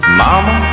mama